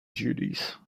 duties